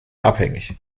abhängig